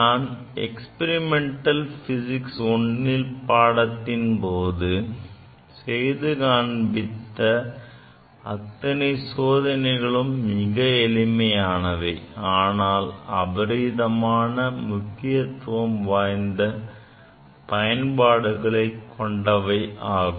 நாம் experimental physics I பாடத்தின் போது செய்து காண்பித்த அத்தனை சோதனைகளும் மிக எளிமையானவை ஆனால் அவை அபரிதமான முக்கியத்துவம் வாய்ந்த பயன்பாடுகளை கொண்டவை ஆகும்